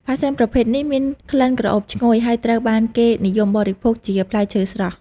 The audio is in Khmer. ផាសសិនប្រភេទនេះមានក្លិនក្រអូបឈ្ងុយ ហើយត្រូវបានគេនិយមបរិភោគជាផ្លែឈើស្រស់។